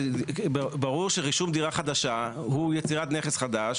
ברור שרישום דירה חדשה הוא יצירת נכס חדש